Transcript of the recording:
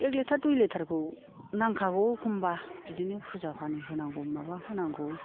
एख लिटार दुइ लिटार खौ नांखागौ एखनबा बिदिनो फुजा फानि होनांगौ माबा होनांगौ